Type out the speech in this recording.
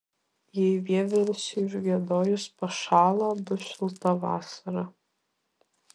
jei vieversiui užgiedojus pašąla bus šilta vasara